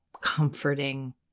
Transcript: comforting